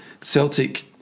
Celtic